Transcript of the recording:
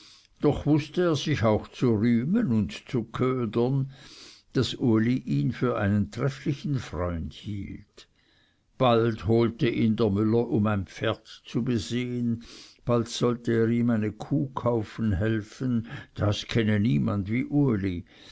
doch wußte er sich auch zu rühmen und zu ködern daß uli ihn für einen trefflichen freund hielt bald holte ihn der müller um ein pferd zu besehen bald sollte er ihm eine kuh kaufen helfen das kenne niemand wie uli